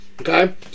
okay